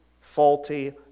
faulty